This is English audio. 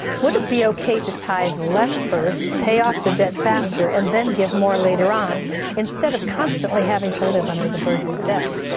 would it be okay to tie the less first and pay off the debt faster and then give more later on instead of constantly having to live under the burden of debt?